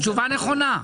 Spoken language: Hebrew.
תשובה נכונה.